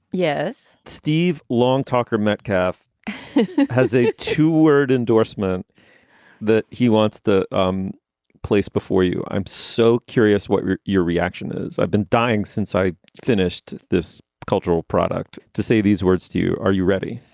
yes, steve long talker metcalf has a two word endorsement that he wants the um place before you. i'm so curious what your your reaction is. i've been dying since i finished this cultural product to say these words to you. are you ready?